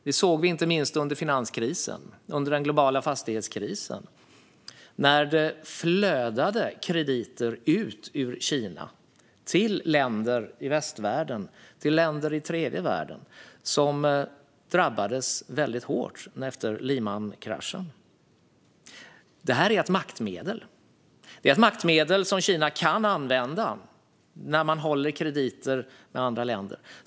Det såg vi inte minst under finanskrisen - under den globala fastighetskrisen - när det flödade krediter ut ur Kina till länder i västvärlden och i tredje världen som drabbades väldigt hårt efter Lehmankraschen. Detta är ett maktmedel. Det är ett maktmedel som Kina kan använda när man håller krediter med andra länder.